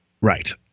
Right